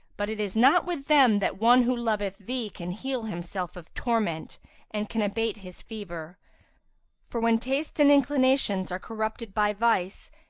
but it is not with them that one who loveth thee can heal himself of torment and can abate his fever for, when tastes and inclinations are corrupted by vice,